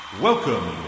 welcome